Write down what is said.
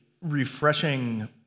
refreshing